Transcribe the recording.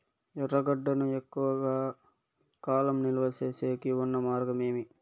ఎర్రగడ్డ ను ఎక్కువగా కాలం నిలువ సేసేకి ఉన్న మార్గం ఏమి?